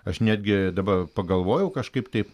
aš netgi dabar pagalvojau kažkaip taip